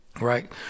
right